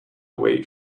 wait